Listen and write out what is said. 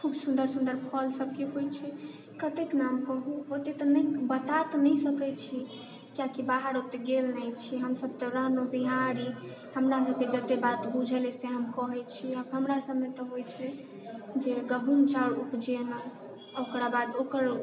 खूब सुन्दर सुन्दर फलसबके होइ छै कतेक नाम कहू ओतेक तऽ नहि बता तऽ नहि सकै छी कियाकि बाहर ओतेक गेल नहि छी हम हमसब तऽ रहलहुँ बिहारी हमरा सबके जते बात बुझल अइ से हम कहै छी हमरा सबमे तऽ होइ छै जे गहूम चाउर उपजेलहुँ आओर ओकरा बाद ओकर